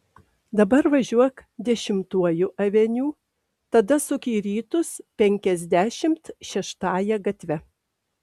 dabar važiuok dešimtuoju aveniu tada suk į rytus penkiasdešimt šeštąja gatve